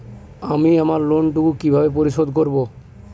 আমি আমার লোন টুকু কিভাবে পরিশোধ করব?